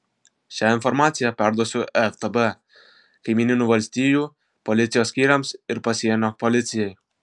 šią informaciją perduosiu ftb kaimyninių valstijų policijos skyriams ir pasienio policijai